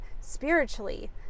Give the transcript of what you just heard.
spiritually